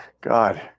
god